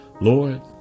Lord